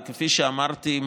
וכפי שאמרתי,